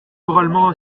moralement